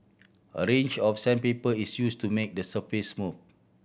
a range of sandpaper is used to make the surface smooth